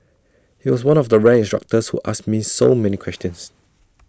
he was one of the rare instructors who asked me so many questions